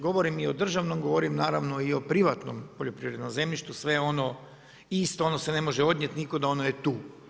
Govorim i o državnom, govorim naravno i o privatnom poljoprivrednom zemljištu, sve je ono isto, ono se ne može odnijeti nikuda i ono je tu.